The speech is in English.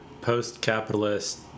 Post-capitalist